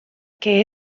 que